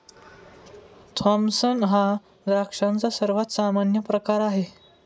Thompson हा द्राक्षांचा सर्वात सामान्य प्रकार आहे